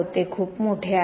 ते खूप मोठे आहे